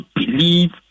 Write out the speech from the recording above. believe